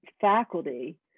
faculty